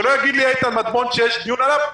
שלא יגיד לי איתן מדמון שיש דיון עליו.